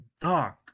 dark